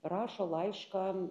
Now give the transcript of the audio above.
rašo laišką